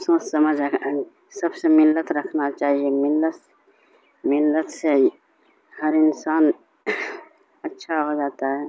سوچ سمجھ سب سے منت رکھنا چاہیے منت منت سے ہر انسان اچھا ہو جاتا ہے